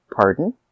Pardon